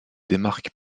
démarque